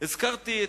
באשר הם.